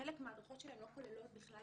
שחלק מההדרכות שלהן לא כוללות בכלל